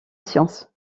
sciences